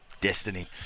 Destiny